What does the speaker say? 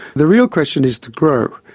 the real question is to grow,